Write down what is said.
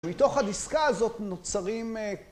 מתוך הדסקה הזאת נוצרים...